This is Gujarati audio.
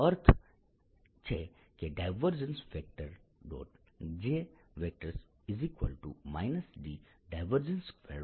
હવે સાતત્ય સમીકરણ લાગુ કરો તેનો અર્થ છે કે